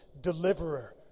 deliverer